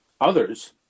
others